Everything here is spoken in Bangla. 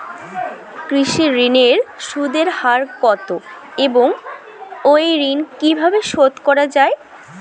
কৃষি ঋণের সুদের হার কত এবং এই ঋণ কীভাবে শোধ করা য়ায়?